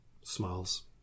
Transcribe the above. smiles